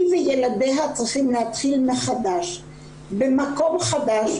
היא וילדיה צריכים להתחיל מחדש במקום חדש,